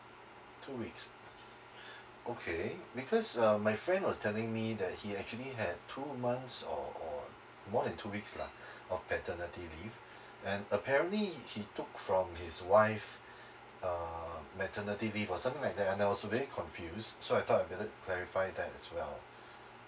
two weeks okay because um my friend was telling me that he actually had two months or or more than two weeks lah of paternity leave and apparently he took from his wife uh maternity leave or something like that and I was very confused so I thought I better clarify that as well